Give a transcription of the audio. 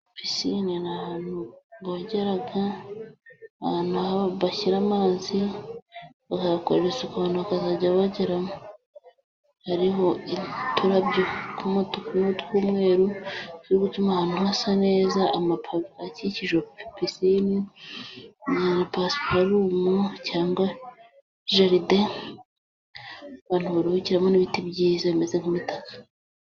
Pisine ni ahantu bogera, ahantu bashyira amazi bahakorera isuku abantu bakajya bogeramo, hariho uturabyo tw'umutuku n'utw'umweru turi gutuma aho hantu hasa neza, amapave akikije pisine na pasiparumu cyangwa jaride abantu baruhukiramo, n'ibiti byiza bimeze nk'imitaka.